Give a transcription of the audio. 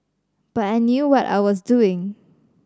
but I knew what I was doing